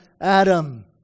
Adam